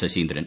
Saseendran